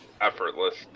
effortless